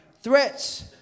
threats